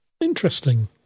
interesting